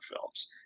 films